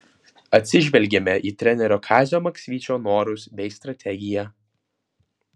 atsižvelgėme į trenerio kazio maksvyčio norus bei strategiją